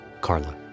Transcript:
Carla